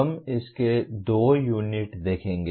हम इसके दो यूनिट देखेंगे